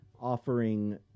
offering